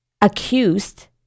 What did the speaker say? accused